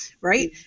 Right